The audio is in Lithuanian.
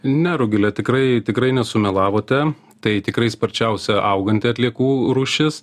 ne rugile tikrai tikrai nesumelavote tai tikrai sparčiausia auganti atliekų rūšis